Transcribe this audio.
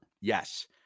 Yes